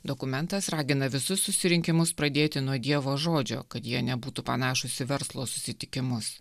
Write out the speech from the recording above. dokumentas ragina visus susirinkimus pradėti nuo dievo žodžio kad jie nebūtų panašūs į verslo susitikimus